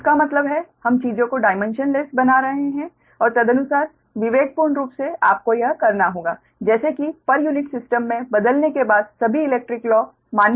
तो इसका मतलब है हम चीजों को डाइमैन्शनलेस बना रहे हैं और तदनुसार विवेकपूर्ण रूप से आपको यह करना होगा जैसे कि पर यूनिट सिस्टम में बदलने के बाद सभी इलैक्ट्रिक लॉं मान्य होंगे